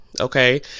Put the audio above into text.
Okay